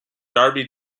darby